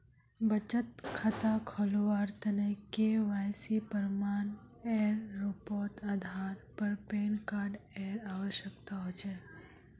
बचत खता खोलावार तने के.वाइ.सी प्रमाण एर रूपोत आधार आर पैन कार्ड एर आवश्यकता होचे